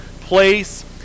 place